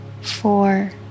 four